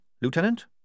Lieutenant